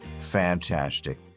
Fantastic